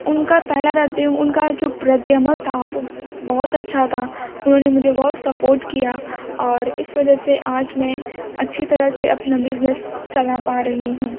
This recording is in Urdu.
ان کا پہلا رد ان کا جو رد عمل تھا وہ بہت اچھا تھا انہوں نے مجھے بہت سپورٹ کیا اور اس وجہ سے آج میں اچھی طرح سے اپنا بزنس چلا پا رہی ہوں